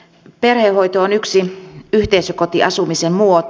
perhehoito on yksi yhteisökotiasumisen muoto